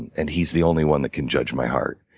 and he's the only one that can judge my heart.